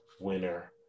Winner